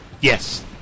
Yes